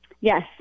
Yes